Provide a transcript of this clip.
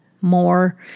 more